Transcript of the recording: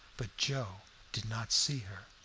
but joe did not see her.